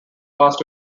passed